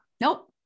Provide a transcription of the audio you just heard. nope